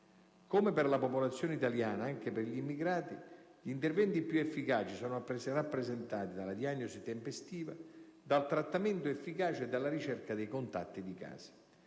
Come per la popolazione italiana, anche per gli immigrati gli interventi più efficaci sono rappresentati dalla diagnosi tempestiva, dal trattamento efficace e della ricerca dei contatti di casi.